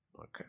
Okay